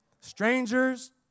Strangers